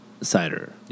cider